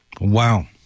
Wow